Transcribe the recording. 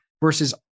versus